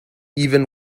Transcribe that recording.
even